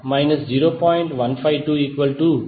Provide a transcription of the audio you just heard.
595 0